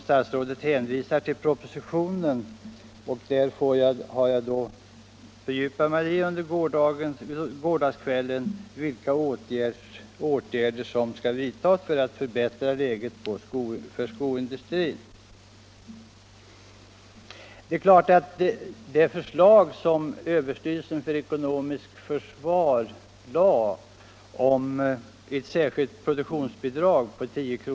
Statsrådet hänvisar också till propositionen, och jag fördjupade mig under gårdagskvällen i vad där anförs om åtgärder som skall vidtas för att förbättra läget i den svenska skoindustrin. Ett genomförande av det förslag som överstyrelsen för ekonomiskt försvar lade fram om ett särskilt produktionsbidrag på 10 kr.